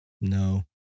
No